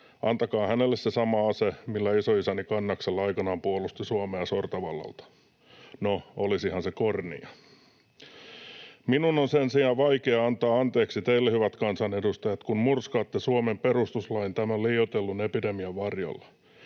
Antakaa hänelle se sama ase, millä isoisäni Kannaksella aikanaan puolusti Suomea sortovallalta. No, olisihan se kornia. Minun on sen sijaan vaikea antaa anteeksi teille, hyvät kansanedustajat, kun murskaatte Suomen perustuslain tämän liioitellun epidemian varjolla.